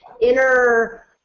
inner